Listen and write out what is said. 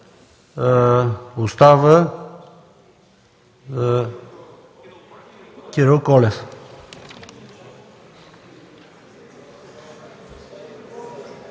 остава Кирил Колев.